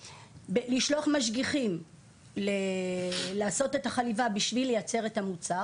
לשלוח משגיחים לעשות את החליבה בשביל לייצר את המוצר.